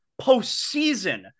postseason